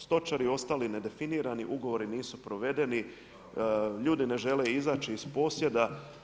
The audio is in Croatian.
Stočari ostali nedefinirani, ugovori nisu provedeni, ljudi ne žele izaći iz posjeda.